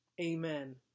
Amen